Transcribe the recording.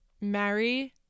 Marry